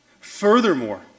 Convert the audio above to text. Furthermore